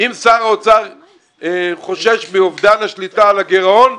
אם שר האוצר חושש מאובדן השליטה על הגירעון,